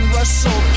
Russell